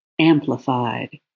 amplified